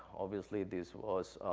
obviously, this was,